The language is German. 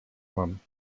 man